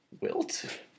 Wilt